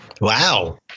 Wow